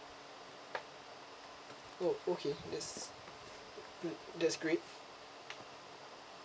oh okay that's mm that's great